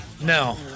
No